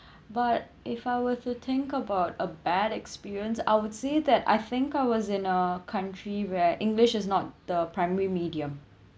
but if I were to think about a bad experience I would say that I think I was in a country where english is not the primary medium